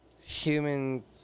human